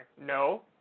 No